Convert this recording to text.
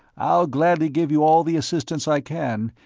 i'll gladly give you all the assistance i can,